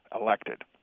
elected